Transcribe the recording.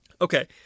Okay